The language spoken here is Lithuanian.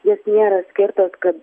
jos nėra skirtos kad